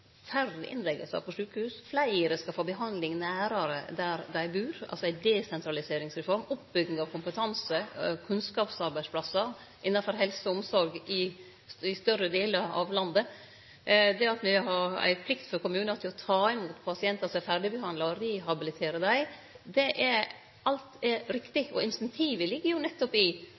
færre innleggingar på sjukehus, fleire skal få behandling nærare der dei bur, altså ei desentraliseringsreform, oppbygging av kompetanse, kunnskapsarbeidsplassar innanfor helse og omsorg i større delar av landet, det at me har ei plikt for kommunar til å ta imot pasientar som er ferdigbehandla, og rehabilitere dei – alt dette er riktig. Incentivet ligg nettopp i at når kommunane kan gi eigne tilbod, vil dei midlane som i